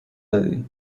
دادی